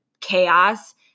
chaos